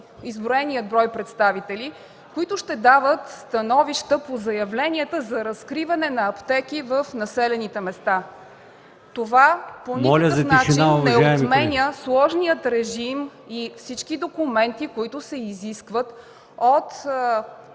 изброения брой представители, които ще дават становища по заявленията за разкриване на аптеки в населените места. Това по никакъв начин не отменя сложния режим и всички документи, които се изискват от